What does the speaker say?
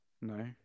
No